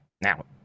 now